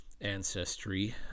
ancestry